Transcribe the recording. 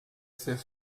ser